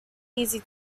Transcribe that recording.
easy